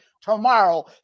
tomorrow